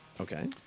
Okay